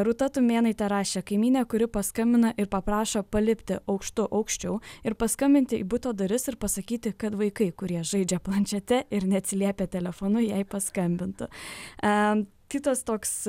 rūta tumėnaitė rašė kaimynė kuri paskambina ir paprašo palipti aukštu aukščiau ir paskambinti į buto duris ir pasakyti kad vaikai kurie žaidžia planšete ir neatsiliepia telefonu jai paskambintų a kitas toks